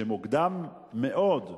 שמוקדם מאוד,